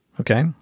okay